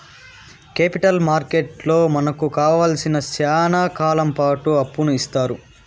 capital మార్కెట్లో మనకు కావాలసినంత శ్యానా కాలంపాటు అప్పును ఇత్తారు